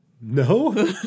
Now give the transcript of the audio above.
No